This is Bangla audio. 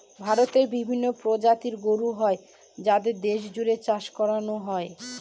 ভারতে বিভিন্ন প্রজাতির গরু হয় যাদের দেশ জুড়ে চাষ করানো হয়